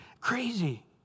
Crazy